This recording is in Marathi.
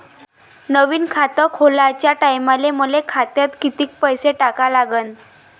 नवीन खात खोलाच्या टायमाले मले खात्यात कितीक पैसे टाका लागन?